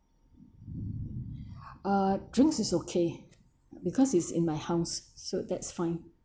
uh drinks is okay because it's in my house so that's fine